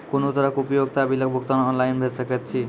कुनू तरहक उपयोगिता बिलक भुगतान ऑनलाइन भऽ सकैत छै?